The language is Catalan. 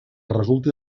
resulti